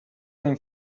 them